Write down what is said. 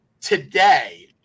today